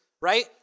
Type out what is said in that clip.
right